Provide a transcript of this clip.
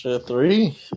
Three